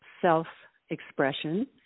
self-expression